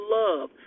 love